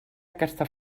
aquesta